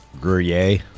Gruyere